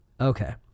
Okay